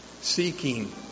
seeking